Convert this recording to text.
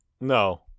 No